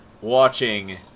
watching